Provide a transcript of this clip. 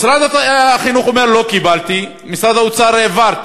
משרד החינוך אומר: לא קיבלתי, משרד האוצר, העברתי.